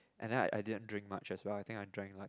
and then I I didn't drink much as well I think I drink like